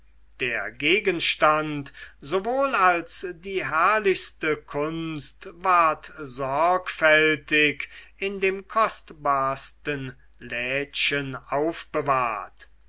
der gegenstand sowohl als die herrlichste kunst ward sorgfältig in dem kostbarsten lädchen aufbewahrt